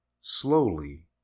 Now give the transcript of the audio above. slowly